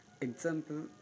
Example